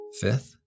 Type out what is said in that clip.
fifth